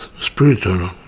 spiritual